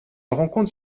rencontre